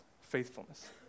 faithfulness